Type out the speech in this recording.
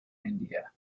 india